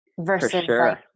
Versus